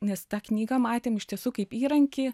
nes tą knygą matėm iš tiesų kaip įrankį